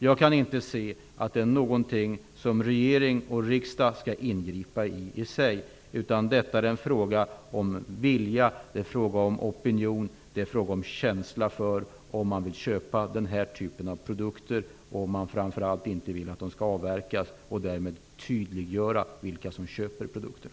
Jag kan inte inse att detta är något som regering eller riksdag skall ingripa mot. Det gäller vilja, känsla och opinion i frågan om köp av denna typ av produkter. Framför allt vill man att sådan här avverkning inte skall ske och att det tydliggörs vilka som köper produkterna.